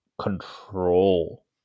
control